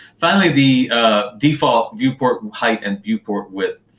finally the default viewportheight, and viewportwidth.